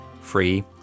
free